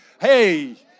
Hey